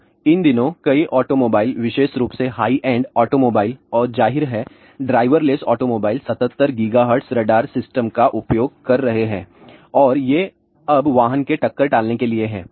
अब इन दिनों कई ऑटोमोबाइल विशेष रूप से हाई एंड ऑटोमोबाइल और जाहिर है driverless automobile 77 GHz radar system का उपयोग कर रहे हैं और ये अब वाहन के टक्कर टालने के लिए हैं